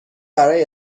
برای